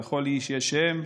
"לכל איש יש שם,